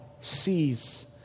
sees